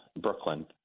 Brooklyn